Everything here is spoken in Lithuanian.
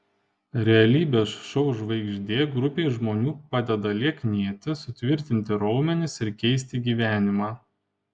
realybės šou žvaigždė grupei žmonių padeda lieknėti sutvirtinti raumenis ir keisti gyvenimą